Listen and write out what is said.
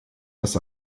das